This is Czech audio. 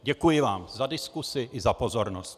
Děkuji vám za diskusi i za pozornost.